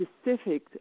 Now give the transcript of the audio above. specific